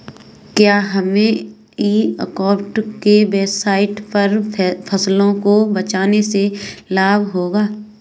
क्या हमें e commerce की वेबसाइट पर फसलों को बेचने से लाभ होगा?